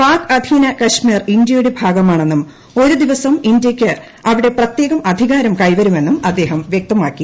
പാക് അധീന കാശ്മീർ ഇന്ത്യയുടെ ഭാഗമാണെന്നും ഒരു ദിവസം ഇന്ത്യയ്ക്ക് അവിടെ പ്രത്യേകം അധികാരം കൈവരുമെന്നും അദ്ദേഹം വ്യക്തമാക്കി